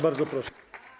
Bardzo proszę.